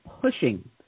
pushing